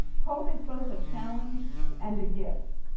hope is both a challenge and a gift.